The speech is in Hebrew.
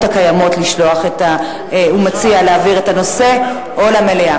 הקיימות הוא מציע להעביר את הנושא או למליאה.